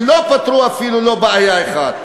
שלא פתרו אפילו בעיה אחת.